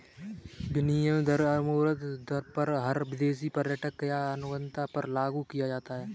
विनिमय दर आमतौर पर हर विदेशी पर्यटक या आगन्तुक पर लागू किया जाता है